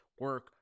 Work